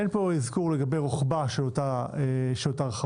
אין פה אזכור לגבי רוחבה של אותה רחבה,